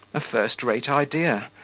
a first-rate idea!